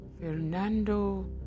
Fernando